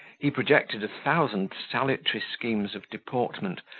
he projected a thousand salutary schemes of deportment,